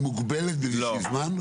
היא מוגבלת לאיזשהו זמן?